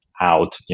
out